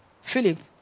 Philip